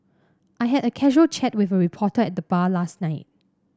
I had a casual chat with a reporter at the bar last night